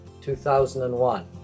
2001